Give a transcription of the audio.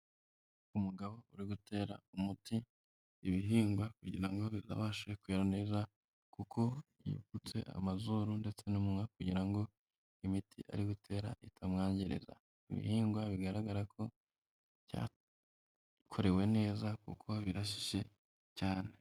Umugabo uri gutera umuti ibihingwa kugira ngo bizabashe kwera neza, kuko yupfutse amazuru ndetse n'umunwa kugira ngo imiti ari gutera itamwangiriza, ibihingwa bigaragara ko byakorewe neza kuko birashishe cyane.